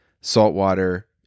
Saltwater